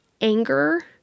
anger